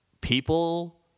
people